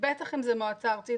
בטח אם זה מועצה ארצית,